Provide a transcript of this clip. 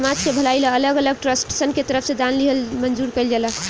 समाज के भलाई ला अलग अलग ट्रस्टसन के तरफ से दान लिहल मंजूर कइल जाला